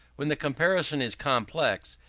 when the comparison is complex,